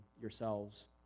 yourselves